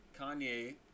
kanye